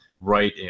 Right